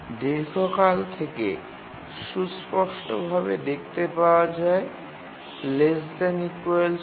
দীর্ঘকাল থেকে সুস্পষ্টভাবে দেখতে পাওয়া যায় ১ ব্যবহার